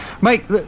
Mike